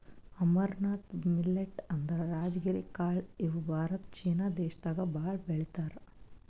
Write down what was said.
amaranth millet ಅಂದ್ರ ರಾಜಗಿರಿ ಕಾಳ್ ಇವ್ ಭಾರತ ಚೀನಾ ದೇಶದಾಗ್ ಭಾಳ್ ಬೆಳಿತಾರ್